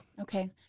Okay